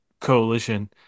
coalition